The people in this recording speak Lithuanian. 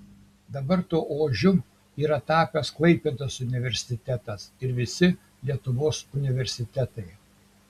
dabar tuo ožiu yra tapęs klaipėdos universitetas ir visi lietuvos universitetai